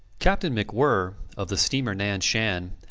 captain macwhirr, of the steamer nan-shan,